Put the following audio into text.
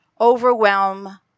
overwhelm